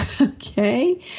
okay